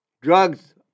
Drugs